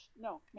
no